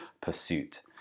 pursuit